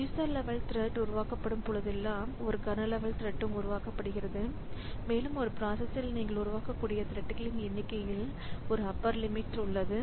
user level thread உருவாக்கப்படும் போதெல்லாம் ஒரு கர்னல் லெவல் த்ரெட்ம் உருவாக்கப்படுகிறது மேலும் ஒரு ப்ராசஸ்இல் நீங்கள் உருவாக்கக்கூடிய த்ரெட்களின் எண்ணிக்கையில் ஒரு அப்பர் லிமிட் உள்ளது